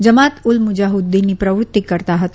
જમાત ઉલ મુજાફીદ્દીનની પ્રવૃત્તિ કરતા હતા